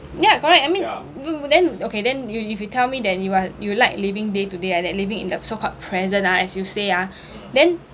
ya correct I mean then okay then you if you tell me that you are you like living day to day like that living in the so called present ah as you say ah then